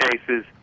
cases